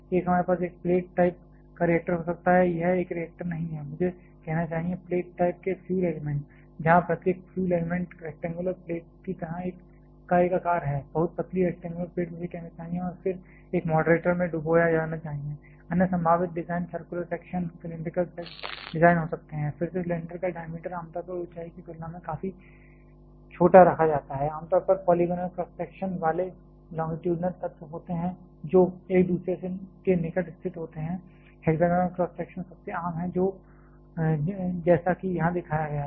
एक हमारे पास एक प्लेट टाइप का रिएक्टर हो सकता है यह एक रिएक्टर नहीं है मुझे कहना चाहिए प्लेट टाइप के फ्यूल एलिमेंट जहां प्रत्येक फ्यूल एलिमेंट रैक्टेंगुलर प्लेट की तरह का एक आकार है बहुत पतली रैक्टेंगुलर प्लेट मुझे कहना चाहिए और फिर एक मॉडरेटर में डुबोया जाना चाहिए अन्य संभावित design circular section cylindrical design हो सकते हैं फिर से सिलेंडर का डायमीटर आमतौर पर ऊंचाई की तुलना में काफी छोटा रखा जाता है आमतौर पर पॉलीगोनल क्रॉस सेक्शन वाले लोंगिट्यूडिनल तत्व होते हैं जो एक दूसरे के निकट स्थित होते हैं हेक्सागोनल क्रॉस सेक्शन सबसे आम है जैसा कि यहां दिखाया गया है